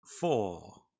four